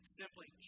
simply